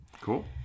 Cool